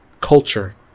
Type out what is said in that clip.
culture